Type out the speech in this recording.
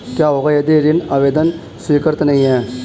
क्या होगा यदि ऋण आवेदन स्वीकृत नहीं है?